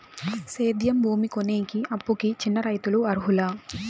సేద్యం భూమి కొనేకి, అప్పుకి చిన్న రైతులు అర్హులా?